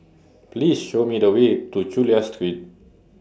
Please Show Me The Way to Chulia Street